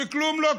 וכלום לא קורה,